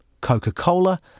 Coca-Cola